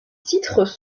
titres